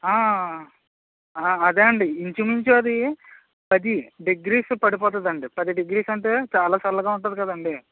అదే అండి ఇంచుమించు అది పది డిగ్రీస్ పడిపోతుందండి పది డిగ్రీస్ అంటే చాలా చల్లగా ఉంటుంది కదండి